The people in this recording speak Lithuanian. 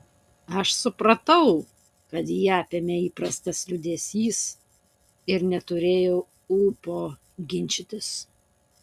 aš supratau kad jį apėmė įprastas liūdesys ir neturėjau ūpo ginčytis